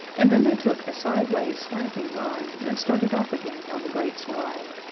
and then they took a sideways slanting run and started off again on the great slide,